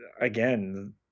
again